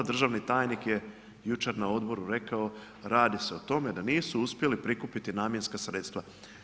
Državni tajnik je jučer na odboru rekao radi se o tome da nisu uspjeli prikupili namjenska sredstva.